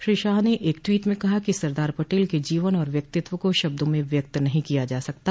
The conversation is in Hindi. श्री शाह ने एक ट्वीट में कहा कि सरदार पटेल के जीवन और व्यक्तित्व को शब्दों में व्यक्त नहीं किया जा सकता